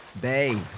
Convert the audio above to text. Babe